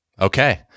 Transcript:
Okay